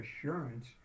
assurance